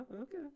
okay